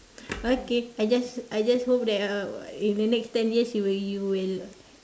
okay I just I just hope that uh in the next ten years you will you will